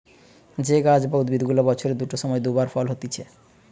যে গাছ বা উদ্ভিদ গুলা বছরের দুটো সময় দু বার ফল হতিছে